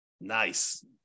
Nice